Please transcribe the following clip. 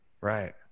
Right